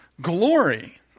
glory